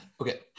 Okay